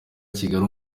kigali